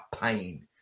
pain